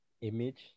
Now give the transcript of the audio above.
image